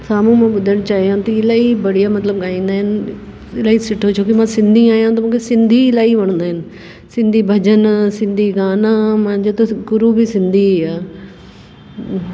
साम्हूं मां ॿुधणु चाहियां थी इलाही बढ़िया मतिलबु ॻाईंदा आहिनि इलाही सुठो छोकी मां सिंधी आहियां त मूंखे सिंधी इलाही वणंदा आहिनि सिंधी भॼन सिंधी गाना मां जो त गुरु बि सिंधी आहे